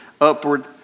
upward